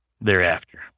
thereafter